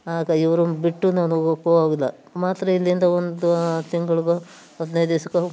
ಆಗ ಇವ್ರನ್ನ ಬಿಟ್ಟು ನಾನು ಹೋಗೋಕು ಆಗೋದಿಲ್ಲ ಮಾತ್ರ ಇಲ್ಲಿಂದ ಒಂದು ತಿಂಗ್ಳಿಗೋ ಹದ್ನೈದು ದಿವಸಕ್ಕೋ